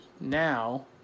Now